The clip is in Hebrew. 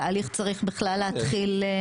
התהליך צריך בכלל להתחיל.